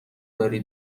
داری